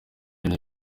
nayo